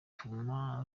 butuma